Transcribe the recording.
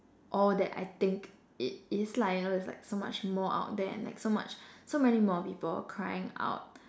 all that I think it is lah you know it's like so much more out there and like so much so many more people crying out